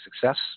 success